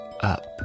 up